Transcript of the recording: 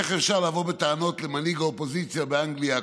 איך אפשר לבוא בטענות למנהיג האופוזיציה באנגליה,